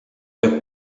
que